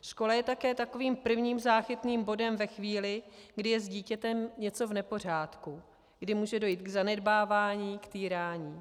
Škola je také takovým prvním záchytným bodem ve chvíli, kdy je s dítětem něco v nepořádku, kdy může dojít k zanedbávání, k týrání.